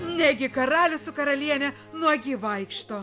negi karalius su karaliene nuogi vaikšto